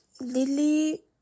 Lily